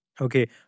Okay